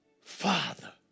Father